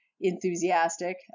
enthusiastic